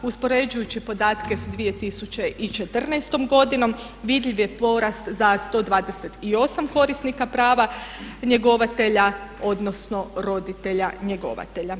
Uspoređujući podatke s 2014. godinom vidljiv je porast za 128 korisnika prava njegovatelja odnosno roditelja njegovatelja.